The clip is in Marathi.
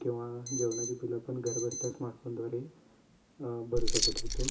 किंवा जेवणाची बिलं पण घरबसल्या स्मार्टफोनद्वारे भरू शकत होतो